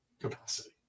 capacity